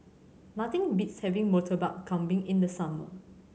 nothing beats having Murtabak Kambing in the summer